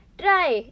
try